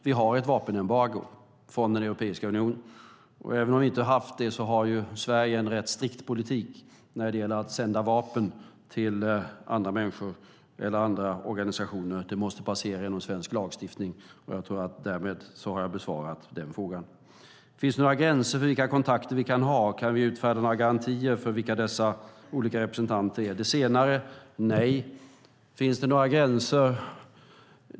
Vi har ett vapenembargo från Europeiska unionen. Även om vi inte skulle ha haft det har Sverige en rätt strikt politik när det gäller att sända vapen till andra människor eller andra organisationer. Det måste passera genom svensk lagstiftning. Jag tror att jag därmed har besvarat frågan. Finns det några gränser för vilka kontakter vi kan ha? Kan vi utfärda några garantier för vilka dessa olika representanter är? När det gäller det senare är svaret nej. Finns det då några gränser?